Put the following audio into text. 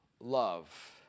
Love